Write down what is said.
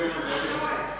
Hvala.